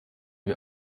wir